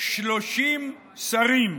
30 שרים,